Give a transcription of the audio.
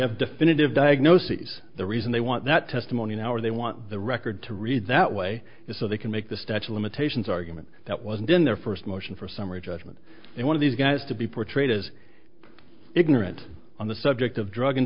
have definitive diagnoses the reason they want that testimony now or they want the record to read that way is so they can make the statue of limitations argument that wasn't in their first motion for summary judgment and one of these guys to be portrayed as ignorant on the subject of drug and